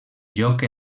lloc